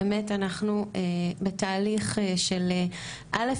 באמת אנחנו בתהליך של א',